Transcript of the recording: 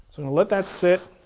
i'm gonna let that sit.